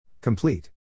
Complete